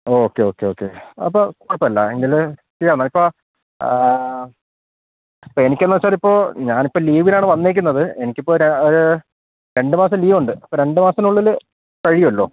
okay okay okay അപ്പ കൊഴപ്പല്ല എങ്കില് ചെയ്യ എന്നാ ഇപ്പ അപ്പ എനിക്കന്ന് വെച്ചാ ഇപ്പോ ഞാനിപ്പോ ലീവിലാണ് വന്നേക്കുന്നത് എനിക്കിപ്പോ രണ്ട് മാസം ലീവുണ്ട് അപ്പ രണ്ട് മാസനുള്ളില് കഴിയുവല്ലോ